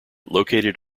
located